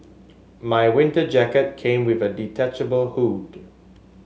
my winter jacket came with a detachable hood